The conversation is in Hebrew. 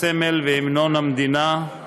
הסמל והמנון המדינה,